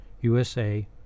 USA